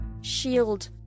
shield